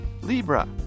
Libra